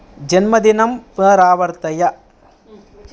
जन्मदिनं पुनरावर्तय